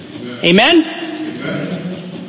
Amen